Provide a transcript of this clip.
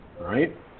Right